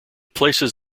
places